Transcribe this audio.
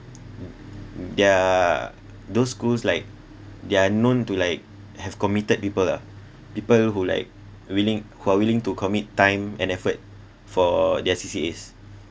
they're those schools like they're known to like have committed people ah people who like willing who are willing to commit time and effort for their C_C_As